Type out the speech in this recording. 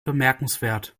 bemerkenswert